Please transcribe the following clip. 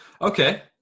Okay